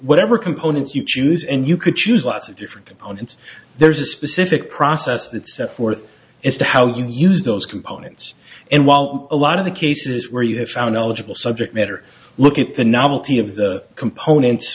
whatever components you choose and you could choose lots of different components there's a specific process that set forth as to how you use those components and while a lot of the cases where you have found eligible subject matter look at the novelty of the components